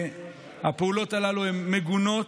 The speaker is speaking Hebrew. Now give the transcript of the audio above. הפעולות הללו הן מגונות,